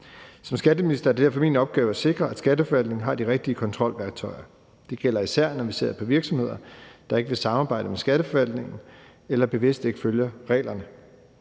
Som skatteminister er det derfor min opgave at sikre, at Skatteforvaltningen har de rigtige kontrolværktøjer. Det gælder især, når vi ser på virksomheder, der ikke vil samarbejde med Skatteforvaltningen eller bevidst ikke følger reglerne,